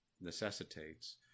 necessitates